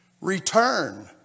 Return